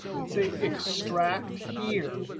and say extract here.